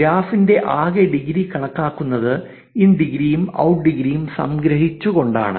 ഗ്രാഫിന്റെ ആകെ ഡിഗ്രി കണക്കാക്കുന്നത് ഇൻ ഡിഗ്രിയും ഔട്ട് ഡിഗ്രിയും സംഗ്രഹിച്ചുകൊണ്ടാണ്